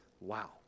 wow